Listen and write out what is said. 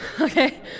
Okay